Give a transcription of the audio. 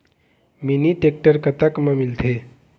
Mini tractor कतक म मिलथे?